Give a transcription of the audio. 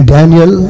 Daniel